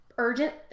Urgent